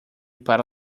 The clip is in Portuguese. para